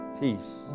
peace